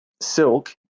Silk